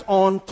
on